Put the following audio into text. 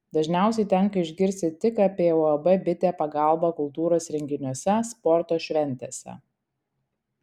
dažniausiai tenka išgirsti tik apie uab bitė pagalbą kultūros renginiuose sporto šventėse